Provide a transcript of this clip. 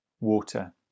water